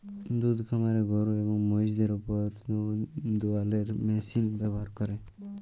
দুহুদ খামারে গরু এবং মহিষদের উপর দুহুদ দুয়ালোর মেশিল ব্যাভার ক্যরে